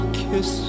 kiss